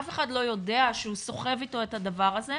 אף אחד לא יודע שהוא סוחב אתו את הדבר הזה.